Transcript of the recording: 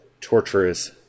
torturous